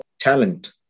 talent